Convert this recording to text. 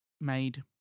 made